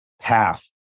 path